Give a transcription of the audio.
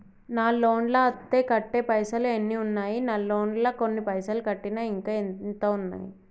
నా లోన్ లా అత్తే కట్టే పైసల్ ఎన్ని ఉన్నాయి నా లోన్ లా కొన్ని పైసల్ కట్టిన ఇంకా ఎంత ఉన్నాయి?